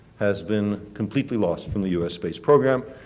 has been completely lost from the us space program.